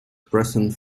present